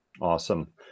Awesome